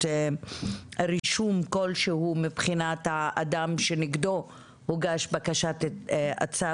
רישום כלשהו מבחינת האדם שנגדו הוגשה בקשת הצו.